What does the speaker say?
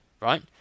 right